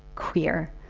queer!